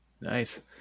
Nice